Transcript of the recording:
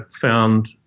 found